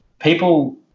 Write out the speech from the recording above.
people